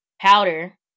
Powder